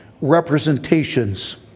representations